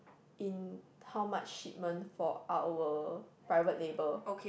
in how much shipment for our private label